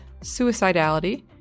suicidality